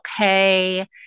okay